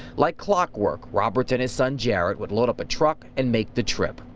like clock work, roberts and his son yeah ah would load up a truck and make the trip.